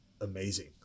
amazing